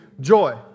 Joy